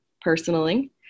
personally